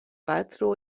patro